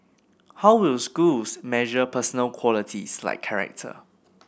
how will schools measure personal qualities like character